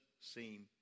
seem